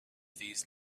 these